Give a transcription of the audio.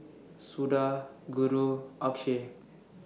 Suda Guru and Akshay